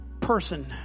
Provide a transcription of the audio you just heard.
person